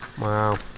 Wow